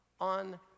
on